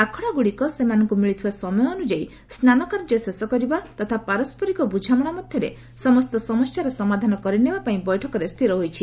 ଆଖଡ଼ାଗୁଡ଼ିକ ସେମାନଙ୍କୁ ମିଳିଥିବା ସମୟ ଅନୁଯାୟୀ ସ୍ନାନ କାର୍ଯ୍ୟ ଶେଷ କରିବା ତଥା ପାରସ୍କରିକ ବୁଝାମଣା ମଧ୍ୟରେ ସମସ୍ତ ସମସ୍ୟାର ସମାଧାନ କରିନେବା ପାଇଁ ବୈଠକରେ ସ୍ଥିର ହୋଇଛି